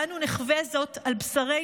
אנו נחווה זאת על בשרנו,